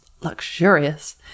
luxurious